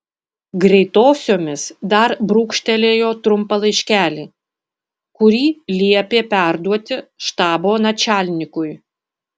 greitosiomis dar brūkštelėjo trumpą laiškelį kurį liepė perduoti štabo načialnikui